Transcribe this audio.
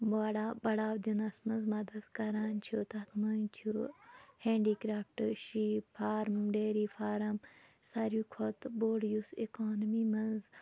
واڑا بڈاو دِنَس منٛز مدتھ کَران چھِ تَتھ منٛز چھُ ہینٛڈی کرٛافٹہٕ شیٖپ فارَم ڈیری فارَم سارِوٕے کھۄتہٕ بوٚڈ یُس اِکانمی منٛز